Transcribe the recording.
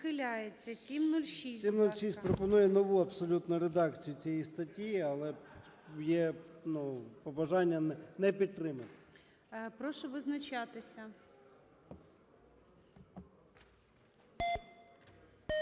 706 пропонує нову абсолютно редакцію цієї статті, але є, ну, побажання не підтримувати. ГОЛОВУЮЧИЙ. Прошу визначатися.